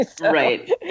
Right